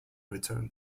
returned